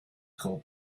called